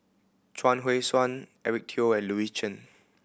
Chuang Hui Tsuan Eric Teo and Louis Chen